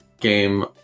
game